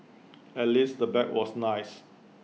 at least the bag was nice